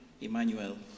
Emmanuel